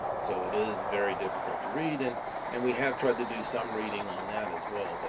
so it is very difficult to read, and and we have tried to do some reading on that as well, but